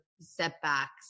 setbacks